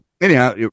anyhow